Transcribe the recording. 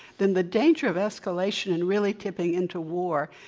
then the danger of escalation and really tipping into war.